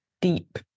deep